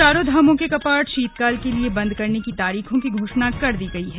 चार धामों के कपाट शीतकाल के लिए बंद करने की तारीखों की घोषणा कर दी गई है